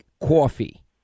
coffee